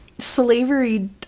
Slavery